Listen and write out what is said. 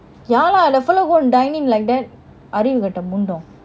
ya lah the fella go and dine in like that அறிவுகெட்ட முண்டம்:aarivuketta mundam